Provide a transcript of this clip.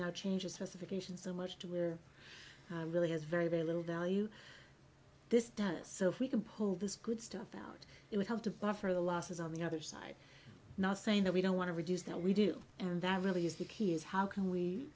now changes festive occasion so much to we're really has very very little value this does so if we can pull this good stuff out it would help to buffer the losses on the other side not saying that we don't want to reduce that we do and that really is the key is how can we